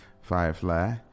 Firefly